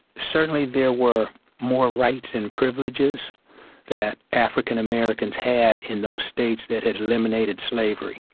certainly there were more rights and privileges that african-americans had in those states that had eliminated slavery.